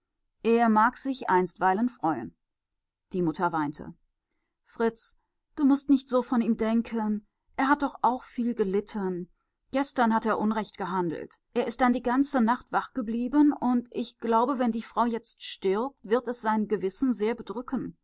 er mag sich einstweilen freuen die mutter weinte fritz du mußt nicht so von ihm denken er hat doch auch viel gelitten gestern hat er unrecht gehandelt er ist dann die ganze nacht wach geblieben und ich glaube wenn die frau jetzt stirbt wird es sein gewissen sehr bedrücken